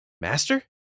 master